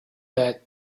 that